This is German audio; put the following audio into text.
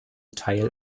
teil